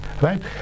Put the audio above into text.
Right